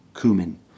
cumin